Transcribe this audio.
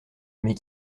mais